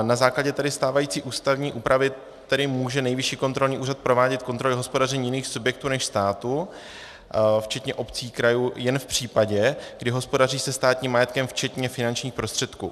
Na základě stávající ústavní úpravy tedy může Nejvyšší kontrolní úřad provádět kontroly hospodaření jiných subjektů než státu včetně obcí, krajů jen v případě, kdy hospodaří se státním majetkem, včetně finančních prostředků.